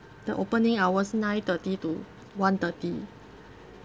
the opening hours nine thirty to one thirty